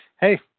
hey